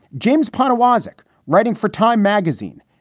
james poniewozik writing for. time magazine.